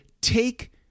take